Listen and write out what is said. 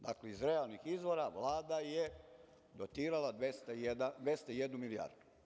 Dakle, iz realnih izvora Vlada je dotirala 201 milijardu.